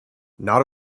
not